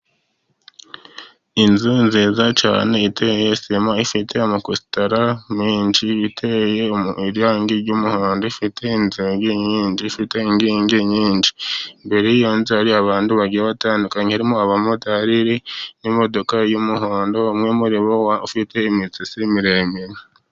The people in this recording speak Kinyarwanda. Inzu nziza cyane iteye sima, ifite amakositara menshi iteye irangi ry'umuhondo. Ifite inzugi nyinshi imbere y'iyo nzu hari abantu bagiye batandukanye, harimo abamotari n'imodoka y'umuhondo umwe muri bo ufite imisatsi miremire.